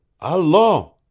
Allons